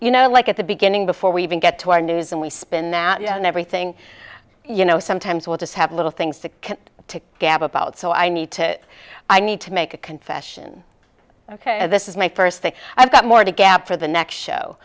you know like at the beginning before we even get to our news and we spin that everything you know sometimes we'll just have a little things to to gab about so i need to i need to make a confession ok this is my first thing i've got more to gab for the next show